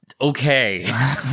Okay